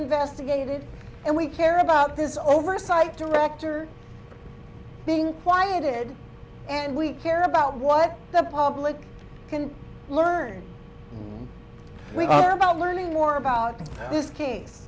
investigated and we care about this oversight director being quieted and we care about what the public can learn about learning more about this case